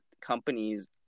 companies